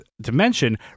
dimension